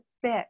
fit